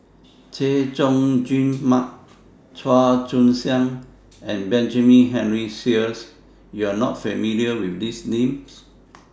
Chay Jung Jun Mark Chua Joon Siang and Benjamin Henry Sheares YOU Are not familiar with These Names